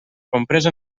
compresa